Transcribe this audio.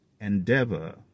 endeavor